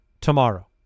tomorrow